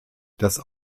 das